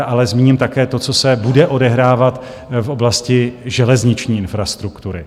Ale zmíním také to, co se bude odehrávat v oblasti železniční infrastruktury.